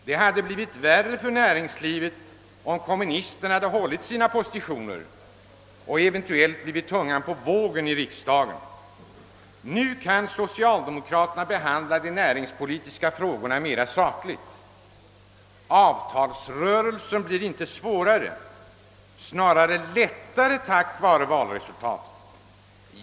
Det hade blivit värre för näringslivet om kommunisterna hade behållit sina positioner och eventuellt blivit tungan på vågen i riksdagen. Nu kan socialdemokraterna behandla de näringspolitiska frågorna mera sakligt. Avtalsrörelsen blir inte svårare, snarare lättare tack vare valresultatet.